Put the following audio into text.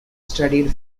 studied